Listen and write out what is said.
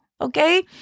okay